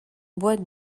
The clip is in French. bois